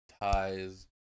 ties